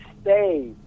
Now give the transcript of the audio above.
stay